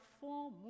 four